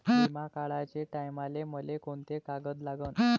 बिमा काढाचे टायमाले मले कोंते कागद लागन?